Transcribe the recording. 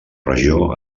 regió